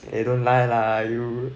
you don't lie lah you